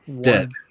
dead